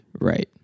Right